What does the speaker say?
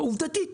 ועובדתית,